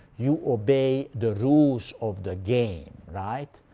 you obey the rules of the game. right?